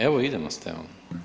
Evo, idemo s temom.